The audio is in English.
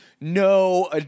no